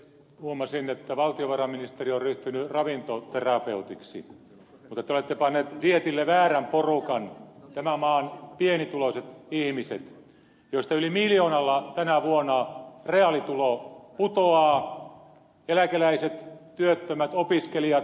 huomasin että valtiovarainministeriö on ryhtynyt ravintoterapeutiksi mutta te olette panneet dieetille väärän porukan tämän maan pienituloiset ihmiset joista yli miljoonalla tänä vuonna reaalitulo putoaa eläkeläiset työttömät opiskelijat